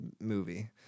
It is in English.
movie